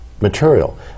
material